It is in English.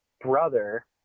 brother